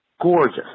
gorgeous